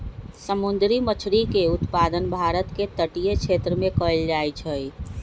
समुंदरी मछरी के उत्पादन भारत के तटीय क्षेत्रमें कएल जाइ छइ